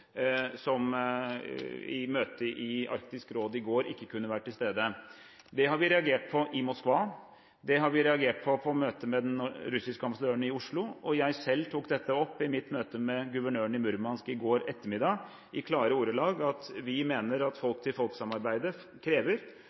som i møtet i Arktisk Råd i går ikke kunne være til stede. Det har vi reagert på i Moskva, det har vi reagert på i møte med den russiske ambassadøren i Oslo, og jeg tok selv i mitt møte med guvernøren i Murmansk i går ettermiddag i klare ordelag opp at vi mener at